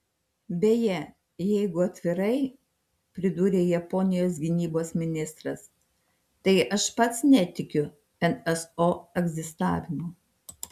beje jeigu atvirai pridūrė japonijos gynybos ministras tai aš pats netikiu nso egzistavimu